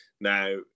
Now